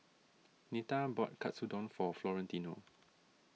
Nita bought Katsudon for Florentino